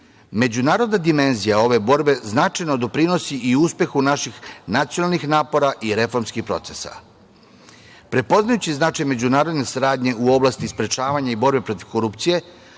dimenzija ove borbe značajno doprinosi i uspehu naših nacionalnih napora i reformskih procesa. Prepoznajući značaj međunarodne saradnje u oblasti sprečavanja i borbe protiv korupcije,